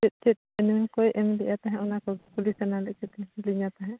ᱪᱮᱫ ᱪᱮᱫ ᱮᱱᱮᱢ ᱠᱚᱭ ᱮᱢ ᱞᱮᱫᱼᱟ ᱛᱟᱦᱮᱸ ᱚᱱᱟ ᱠᱚ ᱠᱩᱠᱞᱤ ᱥᱟᱱᱟ ᱞᱤᱫᱤᱧᱟ ᱛᱟᱦᱮᱸᱫ